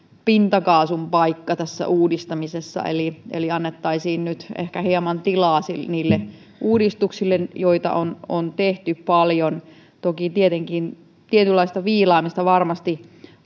pintakaasun paikka uudistamisessa eli eli annettaisiin hieman tilaa niille uudistuksille joita on on tehty paljon toki tietenkin tietynlaista viilaamista varmasti